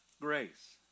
grace